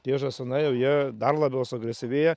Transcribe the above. tie žąsinai jau jie dar labiau suagresyvėja